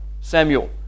Samuel